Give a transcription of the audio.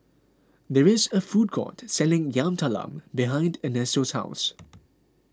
there is a food court selling Yam Talam behind Ernesto's house